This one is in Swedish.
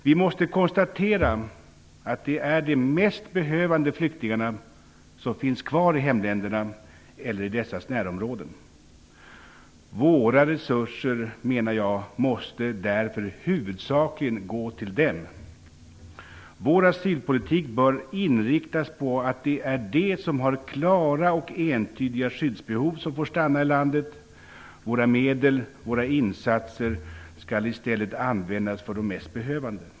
Vi måste konstatera att det är de mest behövande flyktingarna som finns kvar i hemländerna eller i dessas närområden. Därför menar jag att våra resurser huvudsakligen måste gå till dem. Vår asylpolitik bör inriktas på att de som har klara och entydiga skyddsbehov skall få stanna i landet. Våra medel och insatser skall användas för de mest behövande.